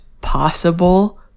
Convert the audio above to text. possible